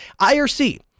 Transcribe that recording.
IRC